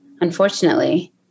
unfortunately